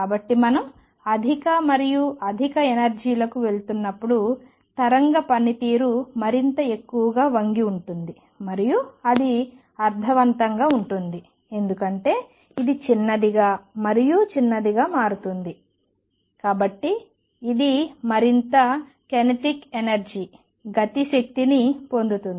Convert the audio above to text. కాబట్టి మనం అధిక మరియు అధిక ఎనర్జీ లకు వెళుతున్నప్పుడు తరంగ పనితీరు మరింత ఎక్కువగా వంగి ఉంటుంది మరియు అది అర్ధవంతంగా ఉంటుంది ఎందుకంటే ఇది చిన్నదిగా మరియు చిన్నదిగా మారుతుంది కాబట్టి ఇది మరింత కైనెటిక్ ఎనర్జీ గతి శక్తిని పొందుతుంది